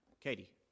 Katie